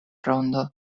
rondo